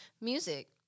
music